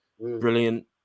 brilliant